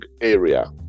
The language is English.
area